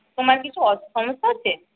তোমার কিছু সমস্যা হচ্ছে